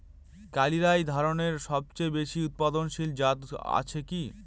কালিরাই ধানের সবচেয়ে বেশি উৎপাদনশীল জাত আছে কি?